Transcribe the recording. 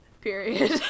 Period